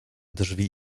drzwi